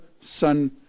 Son